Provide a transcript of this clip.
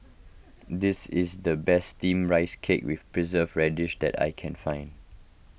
this is the best Steamed Rice Cake with Preserved Radish that I can find